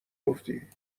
گفتی